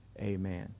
Amen